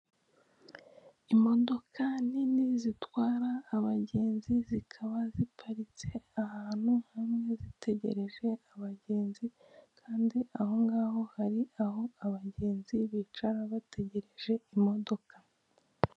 Imodoka nini zitwara abagenzi zikaba ziparitse ahantu hamwe zitegereje abagenzi kandi ahongaho hari aho abagenzi bicara bategereje imodoka.